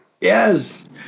Yes